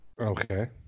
Okay